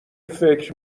فکر